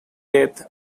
death